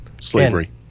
slavery